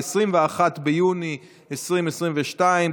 21 ביוני 2022,